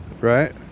Right